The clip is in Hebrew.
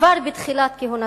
כבר בתחילת כהונתו.